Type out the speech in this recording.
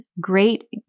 great